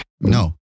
no